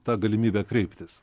tą galimybę kreiptis